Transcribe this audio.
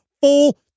full